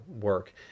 work